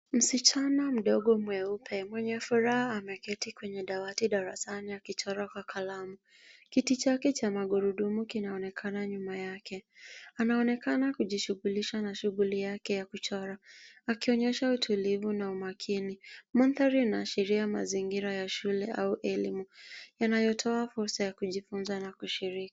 Msichana mdogo mweupe mwenye furaha ameketi kwenye dawati darasani ya akichora kwa kalamu. Kiti chake cha magurudumu kinaonekana nyuma yake. Anaonekana kujishughulisha na shughuli yake ya kuchora, akionyesha utulivu na umakini. Mandhari inaashiria mazingira ya shule au elimu yanayotoa fursa ya kujifunza na kushiriki.